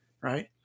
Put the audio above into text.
right